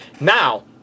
Now